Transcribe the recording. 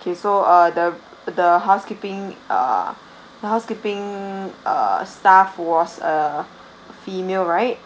okay so uh the the housekeeping uh the housekeeping uh staff was uh female right